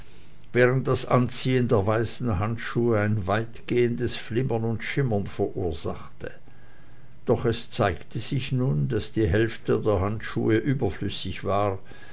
während das anziehen der weißen handschuhe ein weitgehendes flimmern und schimmern verursachte doch es zeigte sich nun daß die hälfte der handschuhe überflüssig war